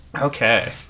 Okay